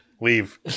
Leave